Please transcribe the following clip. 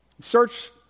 Search